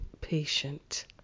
patient